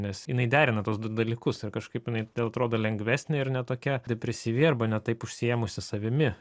nes jinai derina tuos du dalykus ar kažkaip jinai todėl atrodo lengvesnė ir ne tokia depresyvi arba ne taip užsiėmusi savimi